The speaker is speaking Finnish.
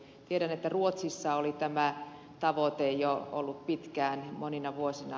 tiedän että ruotsissa oli tämä tavoite jo ollut pitkään monina vuosina